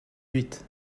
huit